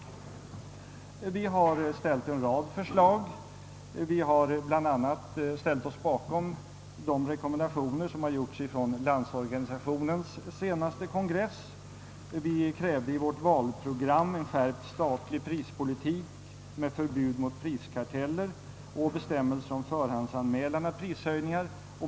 Vi har ställt en rad förslag. Vi har också ställt oss bakom de rekommendationer som gjorts ifrån Landsorganisationen vid dess senaste kongress. Vi krävde i vårt valprogram en skärpt statlig prispolitik med förbud mot priskarteller och bestämmelser om förhandsanmälningar av prishöjningar.